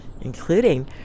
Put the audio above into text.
Including